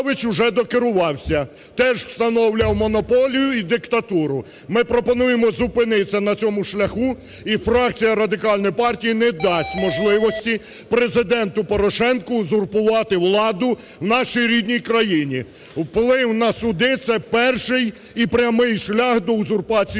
Вплив на суди – це перший і прямий шлях до узурпації влади.